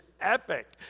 epic